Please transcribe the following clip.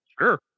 Sure